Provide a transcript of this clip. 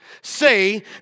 say